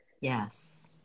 Yes